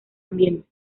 ambiente